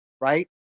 right